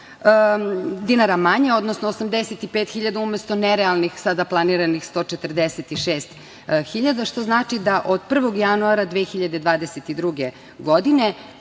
dinara manje, odnosno 85.000 umesto nerealnih sada planiranih 146.000, što znači da od 1. januara 2022. godine,